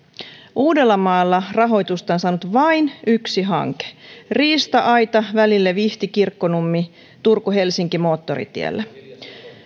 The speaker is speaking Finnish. uudellamaalla rahoitusta on saanut vain yksi hanke riista aita välille vihti kirkkonummi turku helsinki moottoritielle